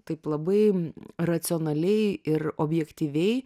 taip labai racionaliai ir objektyviai